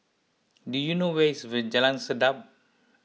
do you know where is Jalan Sedap